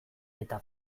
eta